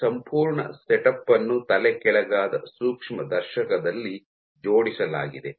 ಈ ಸಂಪೂರ್ಣ ಸೆಟಪ್ ಅನ್ನು ತಲೆಕೆಳಗಾದ ಸೂಕ್ಷ್ಮದರ್ಶಕದಲ್ಲಿ ಜೋಡಿಸಲಾಗಿದೆ